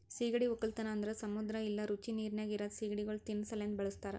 ಸೀಗಡಿ ಒಕ್ಕಲತನ ಅಂದುರ್ ಸಮುದ್ರ ಇಲ್ಲಾ ರುಚಿ ನೀರಿನಾಗ್ ಇರದ್ ಸೀಗಡಿಗೊಳ್ ತಿನ್ನಾ ಸಲೆಂದ್ ಬಳಸ್ತಾರ್